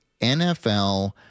NFL